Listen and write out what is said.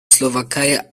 slowakei